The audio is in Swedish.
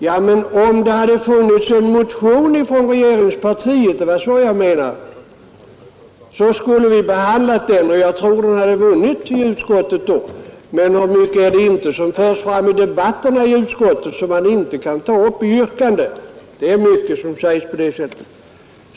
Ja, men om det hade funnits en motion från regeringspartiet — det var så jag menade — så skulle vi ha behandlat den, och jag tror att den då hade vunnit i utskottet. Men hur mycket är det inte som förs fram i debatterna i utskottet och som man inte kan ta upp i yrkanden! Det är mycket som sägs på det sättet.